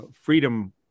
freedom